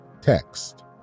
text